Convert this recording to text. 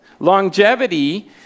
longevity